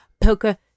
poker